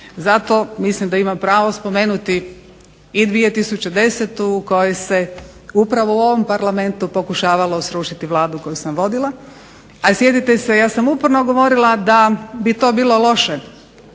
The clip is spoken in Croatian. Zato mislim da imamo pravo spomenuti i 2010. u kojoj se upravo u ovom parlamentu pokušavalo srušiti Vladu koju sam vodila, a sjetite se ja sam uporno govorila da bi to bilo loše